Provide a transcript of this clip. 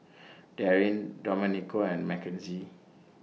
Darin Domenico and Makenzie